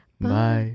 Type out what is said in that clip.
Bye